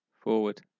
forward